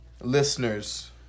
listeners